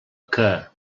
que